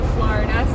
Florida